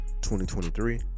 2023